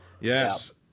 Yes